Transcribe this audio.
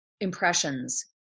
impressions